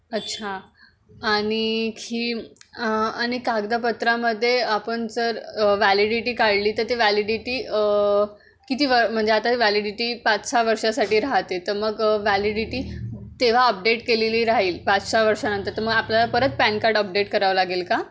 अच्छा आणि ही आणि कागदपत्रामध्ये आपण जर वॅलिडिटी काढली तर ते वॅलिडिटी किती व म्हणजे आता वॅलिडिटी पाच सहा वर्षासाठी राहते तर मग वॅलिडिटी तेव्हा अपडेट केलेली राहील पाच सहा वर्षानंतर तर मग आपल्याला परत पॅन कार्ड अपडेट करावं लागेल का